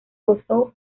gozó